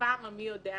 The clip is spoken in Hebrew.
בפעם המי יודע כמה,